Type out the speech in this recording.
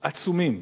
עצומים,